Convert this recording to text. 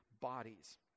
bodies